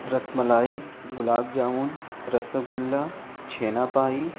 ras malai gulab jamun rasgulla چھینا پائی